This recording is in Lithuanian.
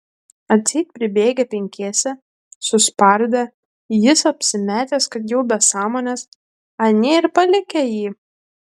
atseit pribėgę penkiese suspardę jis apsimetęs kad jau be sąmonės anie ir palikę jį